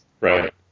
Right